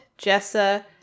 Jessa